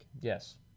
Yes